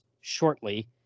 shortly